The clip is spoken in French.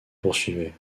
poursuivait